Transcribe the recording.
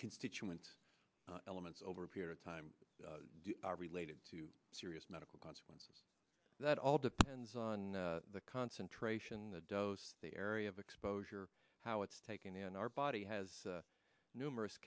constituent elements over a period of time are related to serious medical consequences that all depends on the concentration the dose the area of exposure how it's taken in our body has numerous